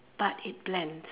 but it blends